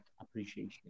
appreciation